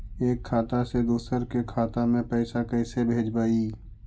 एक खाता से दुसर के खाता में पैसा कैसे भेजबइ?